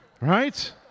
Right